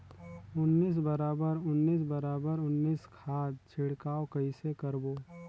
उन्नीस बराबर उन्नीस बराबर उन्नीस खाद छिड़काव कइसे करबो?